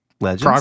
legends